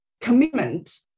commitment